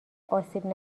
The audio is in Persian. آسیب